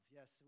Yes